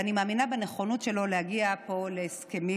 ואני מאמינה בנכונות שלו להגיע פה להסכמים,